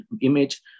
image